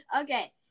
Okay